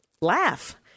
laugh